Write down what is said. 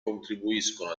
contribuiscono